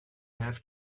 have